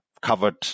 covered